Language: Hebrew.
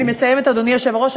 אני מסיימת, אדוני היושב-ראש.